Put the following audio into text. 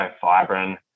fibrin